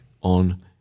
on